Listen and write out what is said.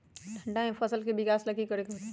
ठंडा में फसल के विकास ला की करे के होतै?